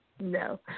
No